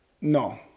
No